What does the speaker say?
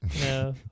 No